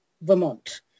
Vermont